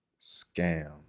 Scam